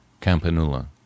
Campanula